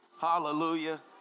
Hallelujah